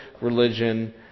religion